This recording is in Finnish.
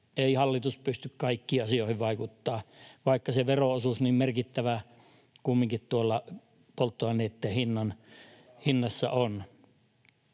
ei hallitus pysty kaikkiin asioihin vaikuttamaan, vaikka se veron osuus niin merkittävä kumminkin tuolla polttoaineitten hinnassa on.